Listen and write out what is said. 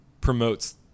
promotes